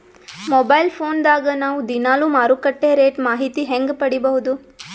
Mobile phone ದಾಗ ನಾವು ದಿನಾಲು ಮಾರುಕಟ್ಟೆ ರೇಟ್ ಮಾಹಿತಿ ಹೆಂಗ ಪಡಿಬಹುದು?